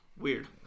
Weird